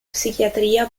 psichiatria